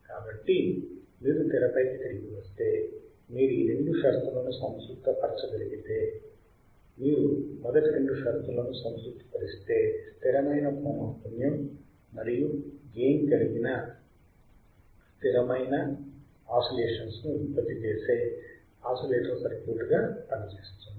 కాబట్టి మీరు తెరపైకి తిరిగి వస్తే మీరు ఈ రెండు షరతులను సంతృప్తి పరచగలిగితే మీరు మొదటి రెండు షరతులను సంతృప్తి పరిస్తే స్థిరమైన పౌనఃపున్యం మరియు గెయిన్ కలిగిన యొక్క స్థిరమైన ఆసిలేషన్స్ ని ఉత్పత్తి చేసే ఆసిలేటర్ సర్క్యూట్ గా పనిచేస్తుంది